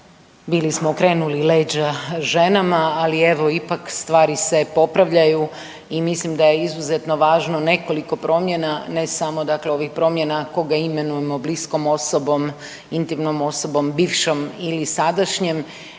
bili smo okrenuli leđa ženama, ali evo, ipak, stvari se popravljaju i mislim da je izuzetno važno nekoliko promjena, ne samo dakle ovih promjena koga imenujemo bliskom osobom, intimnom osobom, bivšom ili sadašnjem,